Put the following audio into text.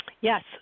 Yes